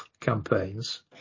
campaigns